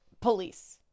police